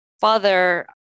father